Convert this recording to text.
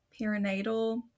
perinatal